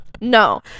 no